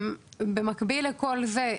במקביל לכל זה,